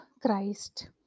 Christ